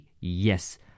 yes